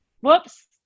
whoops